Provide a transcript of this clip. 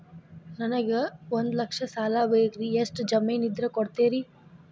ನನಗೆ ಒಂದು ಲಕ್ಷ ಸಾಲ ಬೇಕ್ರಿ ಎಷ್ಟು ಜಮೇನ್ ಇದ್ರ ಕೊಡ್ತೇರಿ?